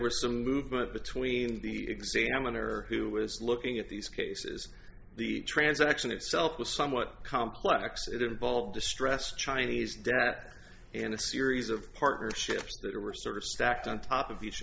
were some movement between the examiner who was looking at these cases the transaction itself was somewhat complex it involved distressed chinese debt and a series of partnerships that were sort of stacked on top of each